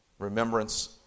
remembrance